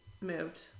moved